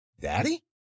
Daddy